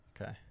Okay